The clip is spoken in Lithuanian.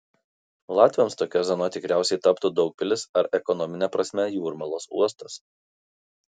latviams tokia zona tikriausiai taptų daugpilis ar ekonomine prasme jūrmalos uostas